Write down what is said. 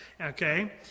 okay